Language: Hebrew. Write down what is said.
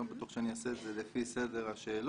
לא בטוח שאני אעשה את זה לפי סדר השאלות,